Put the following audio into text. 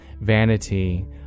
vanity